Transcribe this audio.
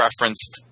referenced